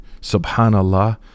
subhanallah